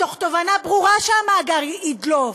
מתוך הבנה ברורה שהמאגר ידלוף?